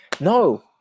no